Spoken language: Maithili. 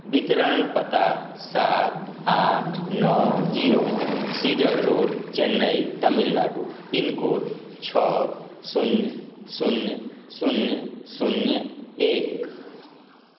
वितरण पता सात आठ नओ zero cedar road Chennai Tamil Nadu pin code छओ शून्य शून्य शून्य शून्य एक